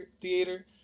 theater